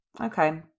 Okay